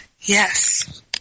Yes